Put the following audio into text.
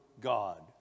God